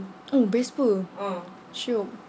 mm best apa